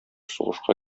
сугышка